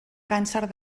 càncer